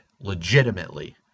legitimately